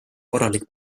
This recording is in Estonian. korralik